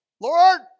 Lord